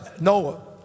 Noah